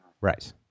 Right